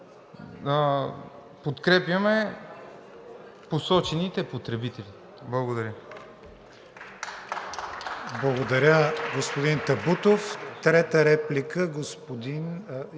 подкрепяме посочените потребители. Благодаря.